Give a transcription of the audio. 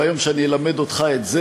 ביום שאני אלמד אותך את זה,